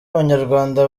abanyarwanda